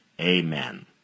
amen